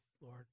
Lord